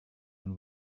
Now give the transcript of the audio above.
and